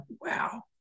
wow